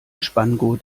spanngurt